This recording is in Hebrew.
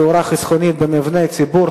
תאורה חסכונית במבני ציבור),